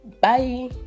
bye